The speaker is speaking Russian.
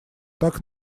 так